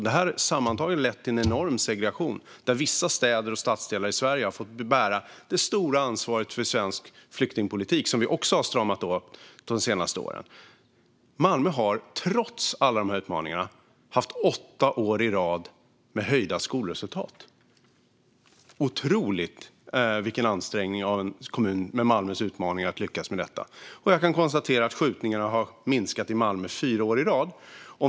Detta har sammantaget lett till en enorm segregation. Vissa städer och stadsdelar i Sverige har fått bära det stora ansvaret för svensk flyktingpolitik, som vi också har stramat åt de senaste åren. Malmö har trots alla dessa utmaningar haft åtta år i rad med höjda skolresultat. Det innebär en otrolig ansträngning av en kommun med Malmös utmaningar att lyckas med detta. Och jag kan konstatera att skjutningarna har minskat i Malmö fyra år i rad.